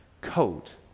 coat